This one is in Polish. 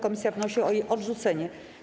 Komisja wnosi o jej odrzucenie.